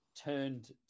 turned